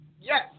yes